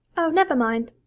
oh, never mind.